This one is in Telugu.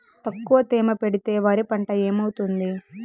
తక్కువ తేమ పెడితే వరి పంట ఏమవుతుంది